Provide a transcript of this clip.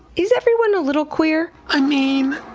is everyone a little queer? i mean,